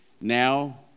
now